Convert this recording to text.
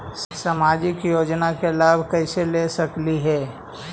सामाजिक योजना के लाभ कैसे ले सकली हे?